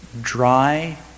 dry